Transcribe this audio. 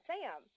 Sam